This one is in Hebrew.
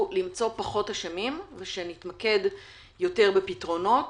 למצוא פחות אשמים ושנתמקד יותר בפתרונות,